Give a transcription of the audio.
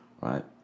Right